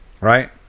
right